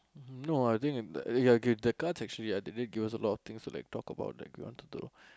no I think I in the ya okay the cards are actually are they give us a lot of things to talk about that you wanted to